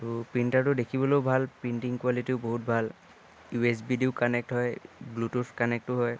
আৰু প্ৰিণ্টাৰটো দেখিবলৈও ভাল প্ৰিণ্টিং কোৱালিটিও বহুত ভাল ইউএছবিদিও কানেক্ট হয় ব্লুটুথ কানেক্টো হয়